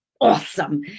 awesome